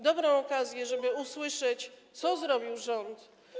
dobrą okazję, żeby usłyszeć, co zrobił rząd.